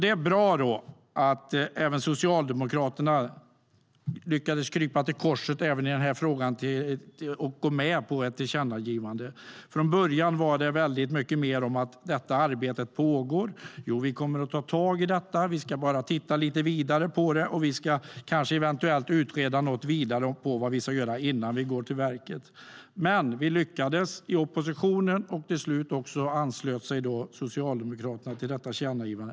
Det är bra att även Socialdemokraterna lyckades krypa till korset även i den här frågan och gå med på ett tillkännagivande. Från början var det väldigt mycket om: Detta arbete pågår, vi kommer att ta tag i det, vi ska bara titta lite vidare på det och eventuellt utreda lite ytterligare vad vi ska göra innan vi går till verket. Men vi lyckades i oppositionen, och till slut anslöt sig alltså Socialdemokraterna till detta tillkännagivande.